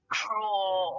cruel